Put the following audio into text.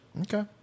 Okay